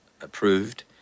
approved